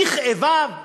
בכאביו?